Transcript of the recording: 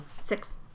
Six